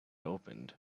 opened